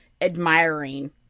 admiring